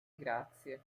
grazie